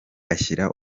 ashyira